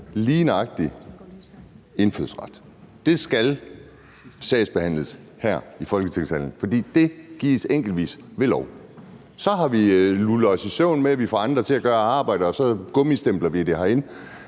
lige nøjagtig indfødsret skal sagsbehandles her i Folketingssalen, fordi det gives enkeltvis ved lov. Så har vi lullet os i søvn med, at vi får andre til at gøre arbejdet, og så gummistempler vi det her.